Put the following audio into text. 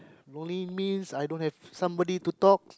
lonely means I don't have somebody to talk